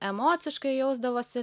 emociškai jausdavosi